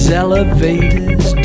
elevators